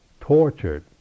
tortured